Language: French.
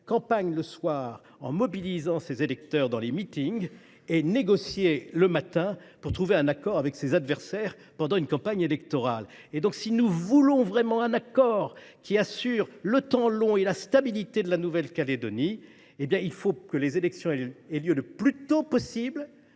campagne le soir en mobilisant ses électeurs dans les meetings et négocier le matin pour trouver un accord avec ses adversaires. Si nous voulons vraiment un accord qui assure le temps long et la stabilité de la Nouvelle Calédonie, les élections doivent avoir lieu le plus tôt possible.